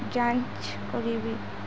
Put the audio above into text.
ଯାଞ୍ଚ କରିବି